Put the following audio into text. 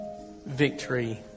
victory